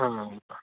आं हां आं